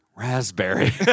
Raspberry